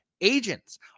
agents